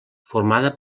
formada